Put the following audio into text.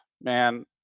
man